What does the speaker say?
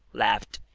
laughed,